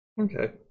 Okay